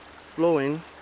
flowing